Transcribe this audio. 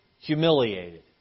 humiliated